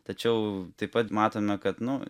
tačiau taip pat matome kad nu